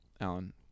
Alan